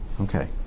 Okay